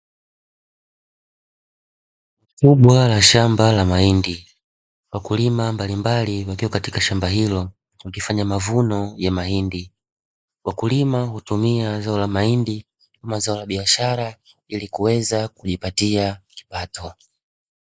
Eneo kubwa la shamba la mahindi, wakulima mbalimbali wakiwa katika shamba hilo wakifanya mavuno ya mahindi. Wakulima hutumia zao la mahindi kama zao la biashara ili kuweza kujipatia kipato.